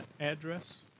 address